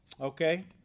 Okay